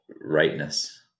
rightness